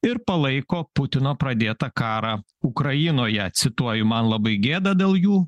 ir palaiko putino pradėtą karą ukrainoje cituoju man labai gėda dėl jų